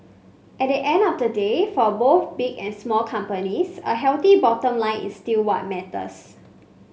at the end of the day for both big and small companies a healthy bottom line is still what matters